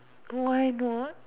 why not